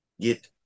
get